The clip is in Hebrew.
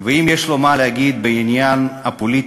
ואם יש לו מה להגיד בעניין הפוליטי,